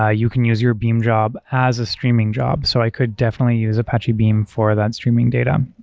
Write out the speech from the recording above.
ah you can use your beam job as a streaming job. so i could definitely use apache beam for that streaming data.